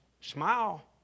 smile